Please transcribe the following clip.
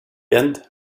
end